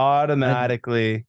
Automatically